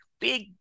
big